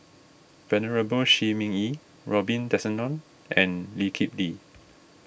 Venerable Shi Ming Yi Robin Tessensohn and Lee Kip Lee